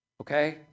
Okay